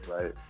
Right